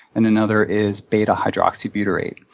and another is beta hydroxybutyrate.